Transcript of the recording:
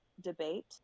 debate